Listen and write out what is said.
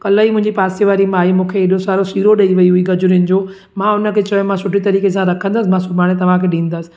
कल्ह ई मुंहिंजी पासे वारी माई मूंखे हेॾो सारो सीरो ॾेई वेई हुई गजरुनि जो मां हुनखे चयो मां सुठी तरीक़े सां रखंदसि मां सुभाणे तव्हांखे ॾींदसि